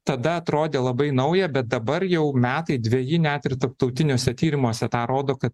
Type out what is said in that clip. tada atrodė labai nauja bet dabar jau metai dveji net ir tarptautiniuose tyrimuose tą rodo kad